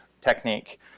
technique